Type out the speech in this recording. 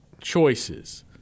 choices